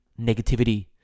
Negativity